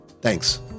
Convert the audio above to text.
Thanks